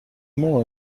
more